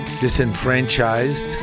disenfranchised